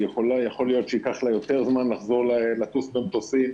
יכול להיות שייקח לה יותר זמן לחזור ולטוס במטוסים.